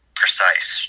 precise